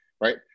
right